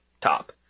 top